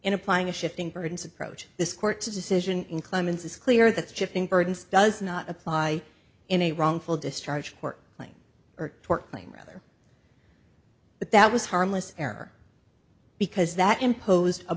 in applying a shifting burdens approach this court decision in clemens it's clear that shifting burdens does not apply in a wrongful discharge court claim or tort claim rather that that was harmless error because that imposed a